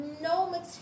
no